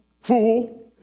fool